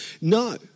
No